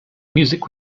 music